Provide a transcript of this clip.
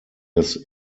des